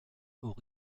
aux